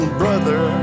brother